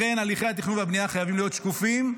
לכן הליכי התכנון והבנייה חייבים להיות שקופים.